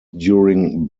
during